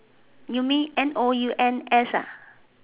you mean N O U N S ah